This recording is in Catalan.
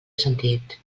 sentit